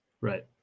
Right